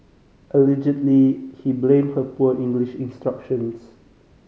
allegedly he blamed her poor English instructions